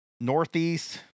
northeast